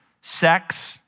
sex